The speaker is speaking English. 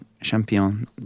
champion